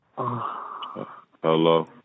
Hello